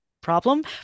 problem